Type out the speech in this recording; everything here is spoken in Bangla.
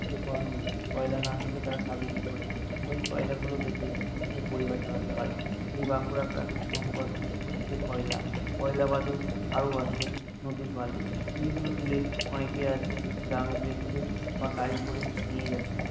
কিছু তো করার নেই কয়লা না তুললে তারা খাবে কী করে ওই কয়লাগুলো বেচে তাদের পরিবার চালাতে হয় এই বাঁকুড়ার প্রাকৃতিক সম্পদ হচ্ছে কয়লা কয়লা বাদেও আরও আছে নদীর বালি যেইগুলো তুলে অনেকে আছে গ্রামে বেচছে বা গাড়ি করে নিয়ে যাচ্ছে